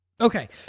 okay